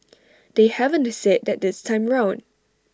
they haven't said that this time round